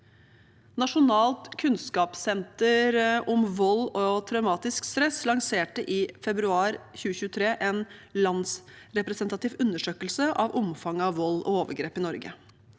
Nasjonalt kunnskapssenter om vold og traumatisk stress lanserte i februar 2023 en landsrepresentativ un dersøkelse av omfanget av vold og overgrep i Norge.